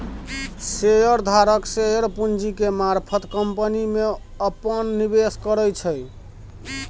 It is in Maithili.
शेयर धारक शेयर पूंजी के मारफत कंपनी में अप्पन निवेश करै छै